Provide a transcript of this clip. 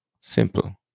Simple